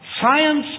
Science